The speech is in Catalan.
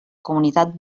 comunitat